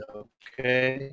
okay